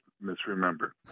misremember